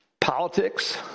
politics